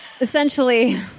essentially